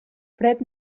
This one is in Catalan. fred